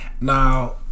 Now